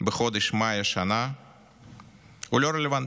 בחודש מאי השנה לא רלוונטי.